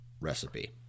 recipe